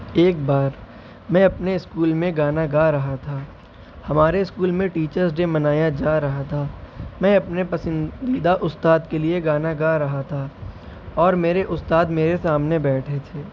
ایک بار میں اپنے اسکول میں گانا گا رہا تھا ہمارے اسکول میں ٹیچرس ڈے منایا جا رہا تھا میں اپنے پسندیدہ استاد کے لیے گانا گا رہا تھا اور میرے استاد میرے سامنے بیٹھے تھے